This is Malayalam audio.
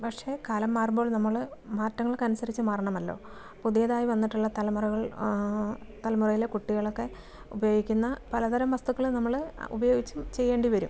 പക്ഷേ കാലം മാറുമ്പോൾ നമ്മൾ മാറ്റങ്ങൾക്കനുസരിച്ച് മാറണമല്ലോ പുതിയതായി വന്നിട്ടുള്ള തലമുറകൾ തലമുറയിലെ കുട്ടികളൊക്കെ ഉപയോഗിക്കുന്ന പലതരം വസ്തുക്കൾ നമ്മൾ ഉപയോഗിച്ചും ചെയ്യേണ്ടി വരും